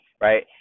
right